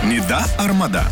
nida ar mada